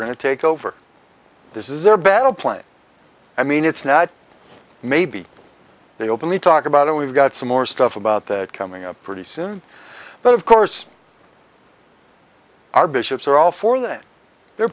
to take over this is their battle plan i mean it's not maybe they openly talk about it we've got some more stuff about that coming up pretty soon but of course our bishops are all for that they're